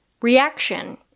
reaction